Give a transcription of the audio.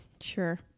Sure